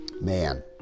man